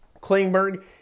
Klingberg